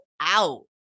out